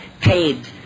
paid